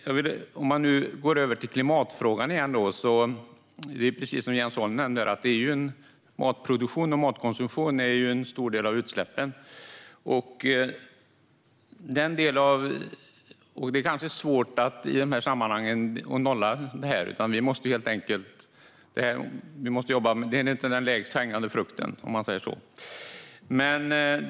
Jag går över till klimatfrågan igen, och precis som Jens Holm nämner står matproduktionen och matkonsumtionen för en stor del av utsläppen. Det är i de här sammanhangen kanske svårt att nolla detta; det är inte den lägst hängande frukten, om man säger så.